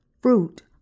fruit